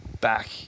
back